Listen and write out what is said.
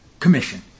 commission